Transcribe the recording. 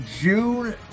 June